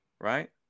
right